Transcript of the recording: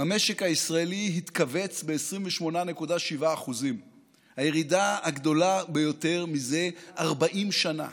המשק הישראלי התכווץ ב-28.7% הירידה הגדולה ביותר מזה 40 שנה.